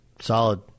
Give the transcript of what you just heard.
Solid